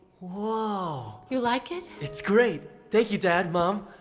ah you like it? it's great! thank you, dad, mom.